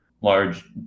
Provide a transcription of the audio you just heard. large